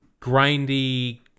grindy